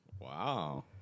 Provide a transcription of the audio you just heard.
Wow